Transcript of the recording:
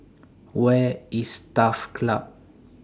Where IS Turf Club